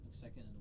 Second